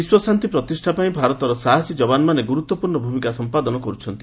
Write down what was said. ବିଶ୍ୱ ଶାନ୍ତି ପ୍ରତିଷ୍ଠାପାଇଁ ଭାରତର ସାହସୀ ଯବାନମାନେ ଗୁରୁତ୍ୱପୂର୍ଣ୍ଣ ଭୂମିକା ସମ୍ପାଦନ କରୁଛନ୍ତି